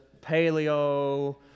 paleo